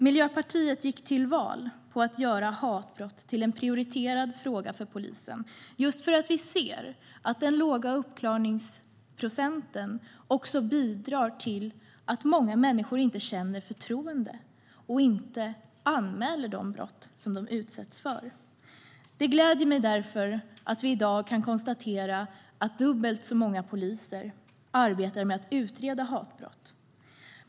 Miljöpartiet gick till val på att göra hatbrott till en prioriterad fråga för polisen just för att vi ser att den låga uppklaringsprocenten bidrar till att många människor inte känner förtroende för rättsväsendet och inte anmäler de brott de utsätts för. Det gläder mig därför att det i dag är dubbelt så många poliser som arbetar med att utreda hatbrott.